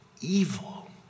Evil